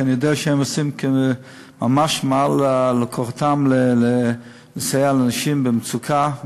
כי אני יודע שהם עושים ממש מעל ליכולתם כדי לסייע לנשים במצוקה,